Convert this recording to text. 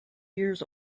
years